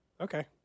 Okay